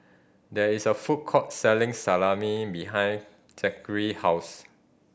there is a food court selling Salami behind Zackary house